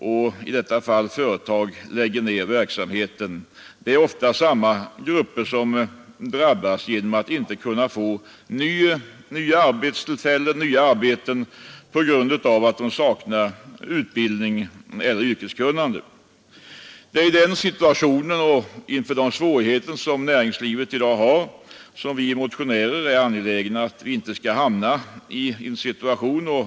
Och i de fall företag lägger ned sin verksamhet är det ofta samma grupper som drabbas genom att de, på grund av att de saknar utbildning eller yrkeskunnande, inte kan få ny anställning. Det är med anledning av de svårigheter som näringslivet i dag har som vi motionärer är angelägna om att vårt land inte skall hamna i denna situation.